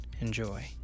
Enjoy